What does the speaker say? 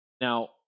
Now